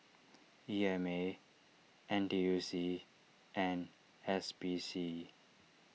E M A N T U C and S P C